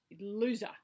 Loser